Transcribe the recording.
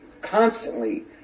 Constantly